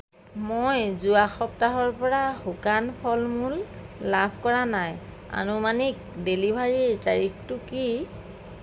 মই যোৱা সপ্তাহৰ পৰা শুকান ফল মূল লাভ কৰা নাই আনুমানিক ডেলিভাৰীৰ তাৰিখটো কি